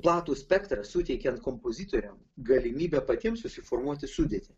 platų spektrą suteikiant kompozitoriam galimybę patiems susiformuoti sudėtį